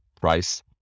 price